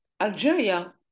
Algeria